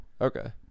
okay